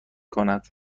کند